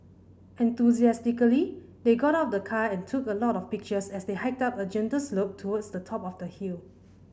enthusiastically they got out of the car and took a lot of pictures as they hiked up a gentle slope towards the top of the hill